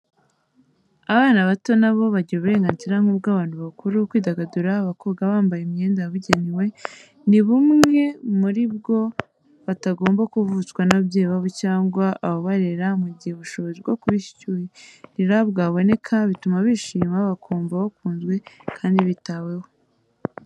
Abana bato na bo bagira uburenganzira nk'ubw'abantu bakuru, kwidagadura, bakoga bambaye imyenda yabugenewe, ni bumwe muri bwo batagomba kuvutswa n'ababyeyi babo cyangwa ababarera mu gihe ubushobozi bwo kubishyurira bwaboneka: bituma bishima, bakumva bakunzwe kandi bitaweho,